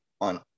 on